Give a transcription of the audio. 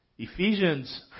Ephesians